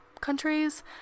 countries